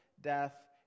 death